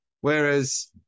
Whereas